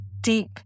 deep